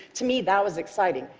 to me that was exciting.